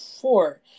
four